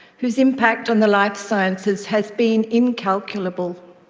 whose impact on the life sciences has been incalculable.